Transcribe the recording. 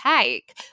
take